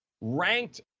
Ranked